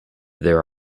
there